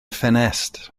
ffenestr